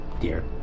dear